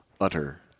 Utter